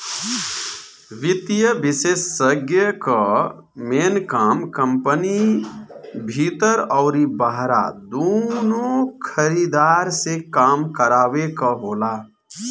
वित्तीय विषेशज्ञ कअ मेन काम कंपनी भीतर अउरी बहरा दूनो खरीदार से काम करावे कअ होला